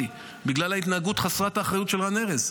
בגלל ההתנהגות חסרת האחריות של רן ארז.